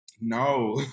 No